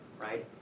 right